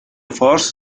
فارس